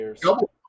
double